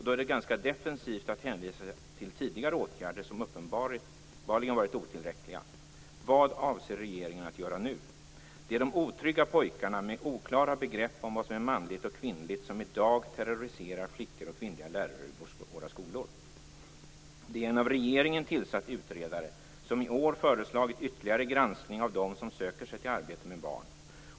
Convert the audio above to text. Då är det ganska defensivt att hänvisa till tidigare åtgärder - som uppenbarligen varit otillräckliga. Vad avser regeringen att göra nu? Det är de otrygga pojkarna, med oklara begrepp om vad som är manligt och kvinnligt, som i dag terroriserar flickor och kvinnliga lärare i våra skolor. Det är en av regeringen tillsatt utredare som i år föreslagit ytterligare granskning av dem som söker sig till arbete med barn.